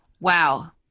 Wow